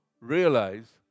realize